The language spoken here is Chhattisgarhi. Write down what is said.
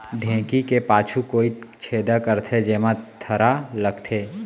ढेंकी के पाछू कोइत छेदा करथे, जेमा थरा लगथे